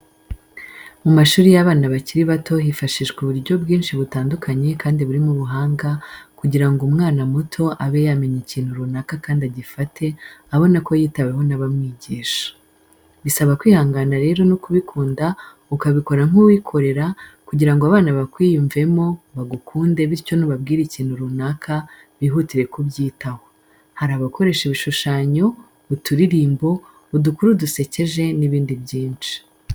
Mu mashuri y'abana bakiri bato hifashishwa uburyo bwinshi butandukanye kandi burimo ubuhanga kugira ngo umwana muto abe yamenya ikintu runaka kandi agifate abona ko yitaweho n'abamwigisha. Bisaba kwihangana rero no kubikunda ukabikora nk'uwikorera kugira ngo abana bakwiyumvemo bagukunde bityo nubabwira ikintu runaka bihutire kubyitaho. Hari abakoresha ibishushanyo, uturirimbo, udukuru dusekeje n'ibindi byinshi.